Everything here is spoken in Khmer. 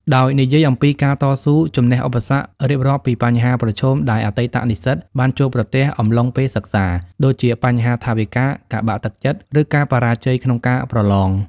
ដោយនិយាយអំពីការតស៊ូជំនះឧបសគ្គ រៀបរាប់ពីបញ្ហាប្រឈមដែលអតីតនិស្សិតបានជួបប្រទះអំឡុងពេលសិក្សា ដូចជាបញ្ហាថវិកា ការបាក់ទឹកចិត្ត ឬការបរាជ័យក្នុងការប្រឡង។